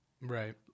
right